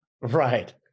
Right